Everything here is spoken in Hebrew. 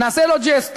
נעשה לו ג'סטה.